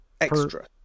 Extra